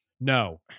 no